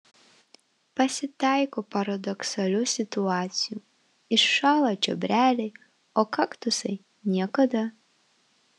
pasitaiko paradoksalių situacijų iššąla čiobreliai o kaktusai niekada